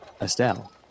Estelle